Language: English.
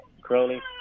Crowley